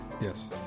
Yes